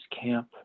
camp